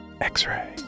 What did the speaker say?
X-Ray